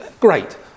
Great